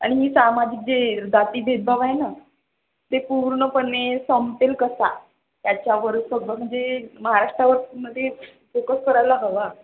आणि ही सामाजिक जे जाती भेदभाव आहे ना ते पूर्णपणे संपेल कसा त्याच्यावर सगळं म्हणजे महाराष्ट्रावर मग ते फोकस करायला हवा